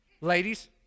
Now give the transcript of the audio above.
Ladies